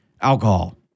alcohol